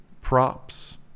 props